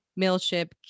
Mailship